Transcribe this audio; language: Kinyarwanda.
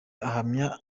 ahamya